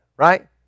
Right